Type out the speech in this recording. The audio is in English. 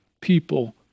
people